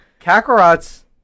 Kakarot's